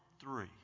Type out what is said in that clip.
three